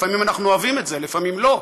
לפעמים אנחנו אוהבים את זה, לפעמים לא,